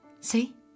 See